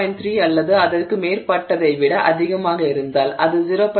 3 அல்லது அதற்கு மேற்பட்டதை விட அதிகமாக இருந்தால் அது 0